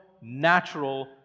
natural